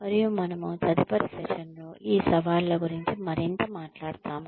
మరియు మనము తదుపరి సెషన్లో ఈ సవాళ్ళ గురించి మరింత మాట్లాడతాము